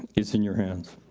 is in your hands.